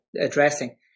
addressing